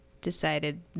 decided